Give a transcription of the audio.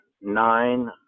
nine